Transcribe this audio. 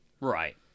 Right